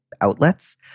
outlets